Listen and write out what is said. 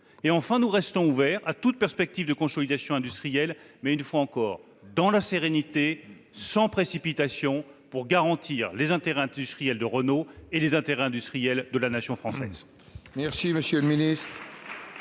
Enfin, nous restons ouverts à toute perspective de consolidation industrielle, mais, une fois encore, dans la sérénité, sans précipitation, pour garantir les intérêts industriels de Renault et de la nation française.